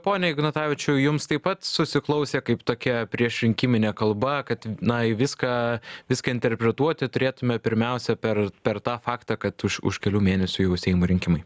pone ignatavičiau jums taip pat susiklausė kaip tokia priešrinkiminė kalba kad na į viską viską interpretuoti turėtume pirmiausia per per tą faktą kad už už kelių mėnesių jau seimo rinkimai